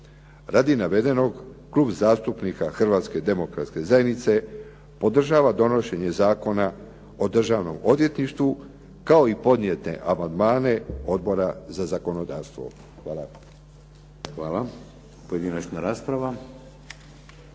Radi navedenog, Klub zastupnika Hrvatske demokratske zajednice podržava donošenje Zakona o Državnom odvjetništvu kao i podnijete amandmane Odbora za zakonodavstvo. Hvala. **Šeks, Vladimir